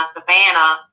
Savannah